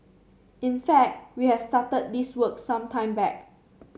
in fact we have started this work some time back